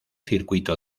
circuito